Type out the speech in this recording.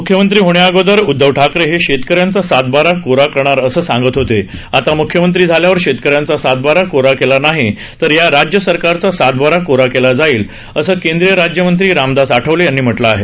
मुख्यमंत्री होण्याअगोदर उदधव ठाकरे हे शेतकऱ्यांचा सातबारा कोरा करणार असं सांगत होते आता म्ख्यमंत्री झाल्यावर शेतकऱ्यांचा सातबारा कोरा केला नाही तर या राज्यसरकारचा सातबारा कोरा केला जाईल असं केंद्रीय राज्य मंत्री रामदास आठवले यांनी म्हटलं आहे